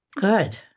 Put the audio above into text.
Good